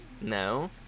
No